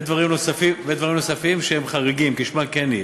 ודברים נוספים שהם חריגים, כשמם כן הם.